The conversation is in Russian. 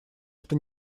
что